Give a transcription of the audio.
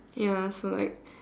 ya so like